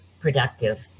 Productive